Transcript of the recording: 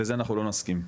לזה אנחנו לא נסכים.